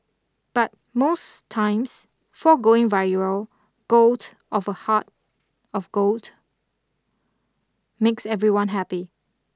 but most times foregoing viral gold of a heart of gold makes everyone happy